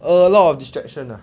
a lot of distraction ah